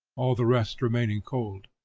all the rest remaining cold.